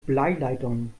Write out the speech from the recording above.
bleileitungen